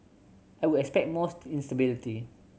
I would expect more instability